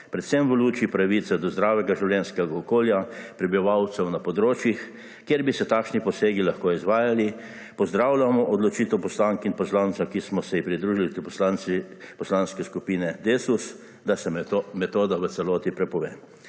predvsem v luči pravice do zdravega življenjskega okolja prebivalcev na področjih, kjer bi se takšni posegi lahko izvajali. Pozdravljamo odločitev poslank in poslancev, ki smo se ji pridružili tudi poslanci Poslanske skupine DeSUS, da se metoda v celoti prepove.